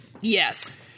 Yes